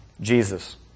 Jesus